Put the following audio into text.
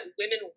women